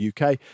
UK